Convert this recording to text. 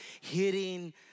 hitting